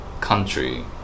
country